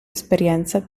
esperienza